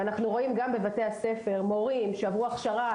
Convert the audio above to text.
אנחנו רואים גם בבתי הספר מורים שעברו הכשרה